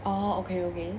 orh okay okay